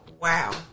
Wow